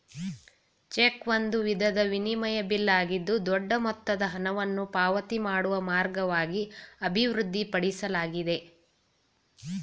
check ಒಂದು ವಿಧದ ವಿನಿಮಯ ಬಿಲ್ ಆಗಿದ್ದು ದೊಡ್ಡ ಮೊತ್ತದ ಹಣವನ್ನು ಪಾವತಿ ಮಾಡುವ ಮಾರ್ಗವಾಗಿ ಅಭಿವೃದ್ಧಿಪಡಿಸಲಾಗಿದೆ